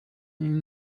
ihnen